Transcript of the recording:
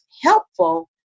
helpful